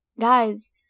guys